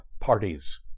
Parties